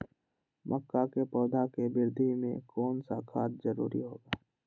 मक्का के पौधा के वृद्धि में कौन सा खाद जरूरी होगा?